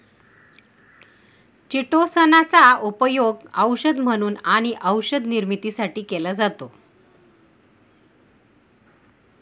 chitosan चा उपयोग औषध म्हणून आणि औषध निर्मितीसाठी केला जातो